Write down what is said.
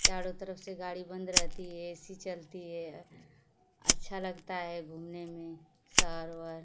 चारों तरफ से गाड़ी बंद रहती है एसी चलती है अच्छा लगता है घूमने में शहर वहर